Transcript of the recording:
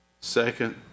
second